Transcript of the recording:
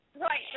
right